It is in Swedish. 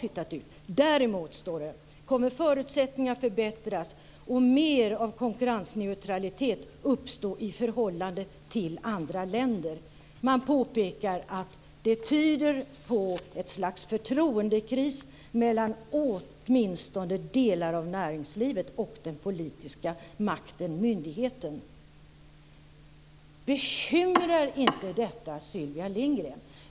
Men det står: "Däremot kommer förutsättningarna förbättras och mer av 'konkurrensneutralitet' uppstå i förhållande till andra länder." Man påpekar att det tyder på ett slags förtroendekris mellan åtminstone delar av näringslivet och den politiska makten och myndigheten. Bekymrar inte detta Sylvia Lindgren?